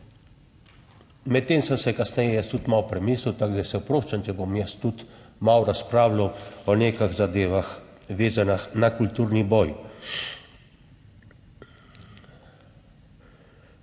Medtem sem se kasneje jaz tudi malo premislil, tako da se oproščam, če bom jaz tudi malo razpravljal o nekih zadevah, vezanih na kulturni boj.